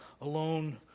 alone